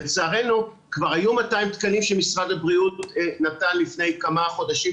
לצערנו כבר היו 200 תקנים שמשרד הבריאות נתן לפני כמה חודשים,